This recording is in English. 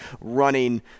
running